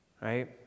right